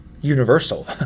universal